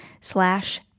slash